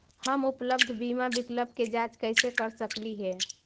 हम उपलब्ध बीमा विकल्प के जांच कैसे कर सकली हे?